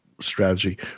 strategy